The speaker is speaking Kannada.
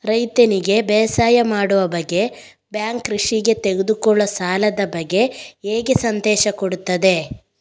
ರೈತನಿಗೆ ಬೇಸಾಯ ಮಾಡುವ ಬಗ್ಗೆ ಬ್ಯಾಂಕ್ ಕೃಷಿಗೆ ತೆಗೆದುಕೊಳ್ಳುವ ಸಾಲದ ಬಗ್ಗೆ ಹೇಗೆ ಸಂದೇಶ ಕೊಡುತ್ತದೆ?